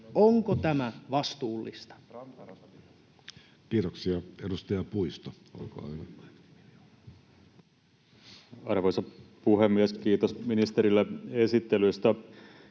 hyväksyä jäseneksi? Kiitoksia. — Edustaja Strandman, olkaa hyvä. Arvoisa puhemies! Kiitos ministerille esittelystä